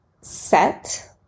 set